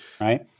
right